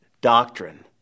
doctrine